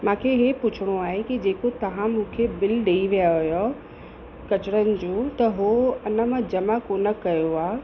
मांखे इहो पुछिणो आहे कि जेको तव्हां मूंखे बिल ॾेई विया हुअव किचिरनि जो त उहो हिन मां जमा कोन कयो आहे